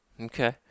Okay